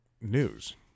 news